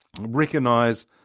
recognize